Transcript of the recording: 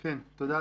תודה,